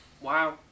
Wow